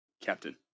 captain